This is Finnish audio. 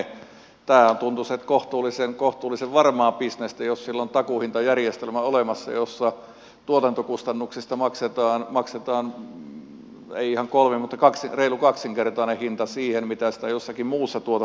tämähän tuntuisi olevan kohtuullisen varmaa bisnestä jos siellä on takuuhintajärjestelmä olemassa jossa tuotantokustannuksista maksetaan reilu kaksinkertainen hinta siihen nähden mitä sitä energiaa jossakin muussa tuore